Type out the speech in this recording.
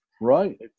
right